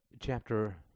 Chapter